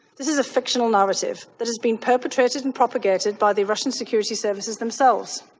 this is a fictional narrative that has been perpetrated and propagated by the russian security services themselves.